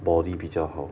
body 比较好